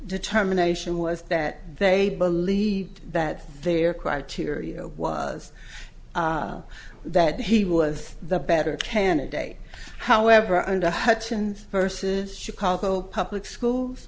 determination was that they believed that their criteria was that he was the better candidate however under hutchens versus chicago public schools